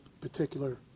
particular